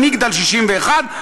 "מגדל" 61%,